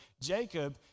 Jacob